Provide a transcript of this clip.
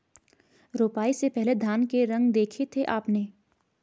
रोपाई से पहले धान के रंग देखे थे आपने?